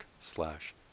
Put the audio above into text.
slash